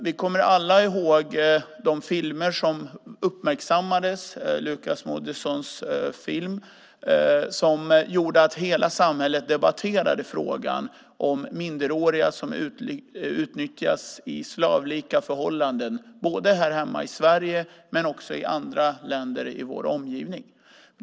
Vi kommer alla ihåg de filmer som uppmärksammades, bland annat Lukas Moodyssons film, och som gjorde att hela samhället debatterade frågan om minderåriga som utnyttjas i slavliknande förhållanden både här hemma i Sverige och i andra länder i vår omgivning.